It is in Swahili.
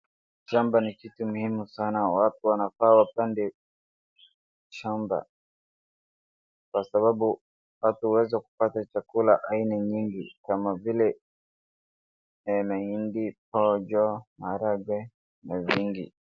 Shamba ni kitu muhimu sana, watu wanafaa wapande shamba, kwa sababu watu waweze kupata chakula aina nyingi kama vile aina nyingi pojo, maharagwe na mahindi.